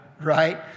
right